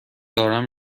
دارم